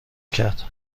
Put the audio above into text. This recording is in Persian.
کرد